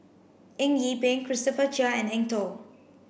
Eng Yee Peng Christopher Chia and Eng Tow